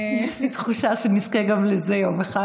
יש לי תחושה שנזכה גם לזה יום אחד.